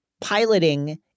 piloting